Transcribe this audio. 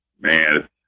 Man